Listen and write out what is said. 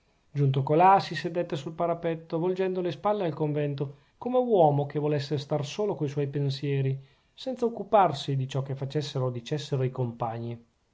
giunto colà si sedette sul parapetto volgendo le spalle al convento come uomo che volesse star solo coi suoi pensieri senza occuparsi di ciò che facessero o dicessero i compagni